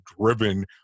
driven